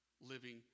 living